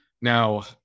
Now